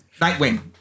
Nightwing